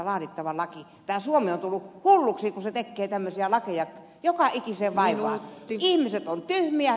tämä suomi on tullut hulluksi kun se tekee tämmöisiä lakeja joka ikiseen vaivaan